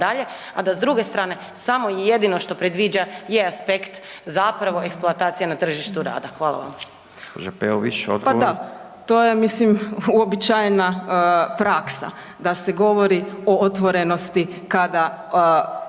a da s druge strane, samo i jedino što predviđa je aspekt zapravo eksploatacije na tržištu rada. Hvala vam.